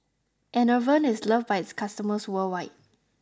Enervon is loved by its customers worldwide